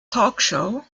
talkshow